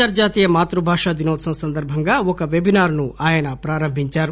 అంతర్జాతీయ మాత్ఫ భాషా దినోత్పవం సందర్బంగా ఒక పెబినార్ ను ఆయన ప్రారంభించారు